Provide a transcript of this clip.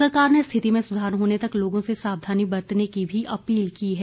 सरकार ने स्थिति में सुधार होने तक लोगों से सावधानी बरतने की भी अपील की है